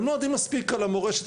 הם לא יודעים מספיק על המורשת,